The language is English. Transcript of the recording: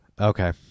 Okay